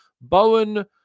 Bowen